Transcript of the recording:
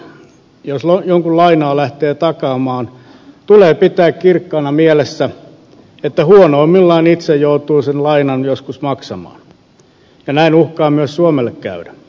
jos jonkun lainaa lähtee takaamaan tulee pitää kirkkaana mielessä että huonoimmillaan itse joutuu sen lainan joskus maksamaan ja näin uhkaa myös suomelle käydä